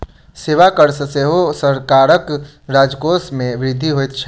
सेवा कर सॅ सेहो सरकारक राजकोष मे वृद्धि होइत छै